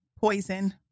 poison